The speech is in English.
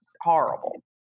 horrible